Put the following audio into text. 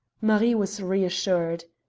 marie was reassured.